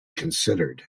considered